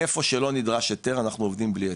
איפה שלא נדרש היתר אנחנו עובדים בלי היתר.